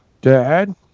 dad